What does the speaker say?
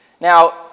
Now